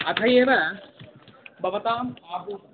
अथ एव भवताम् आगो